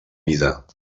vida